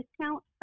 discount